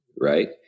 right